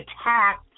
attacked